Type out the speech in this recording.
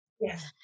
yes